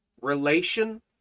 relation